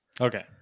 Okay